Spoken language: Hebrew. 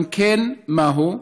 2. אם כן, מהו?